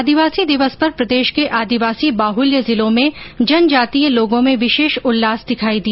आदिवासी दिवस पर प्रदेश के आदिवासी बाहुल्य जिलों में जनजातिय लोगों में विशेष उल्लास दिखाई दिया